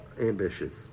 ambitious